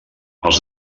als